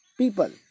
people